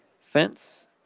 fence